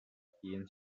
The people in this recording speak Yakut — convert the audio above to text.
тиийэн